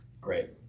Great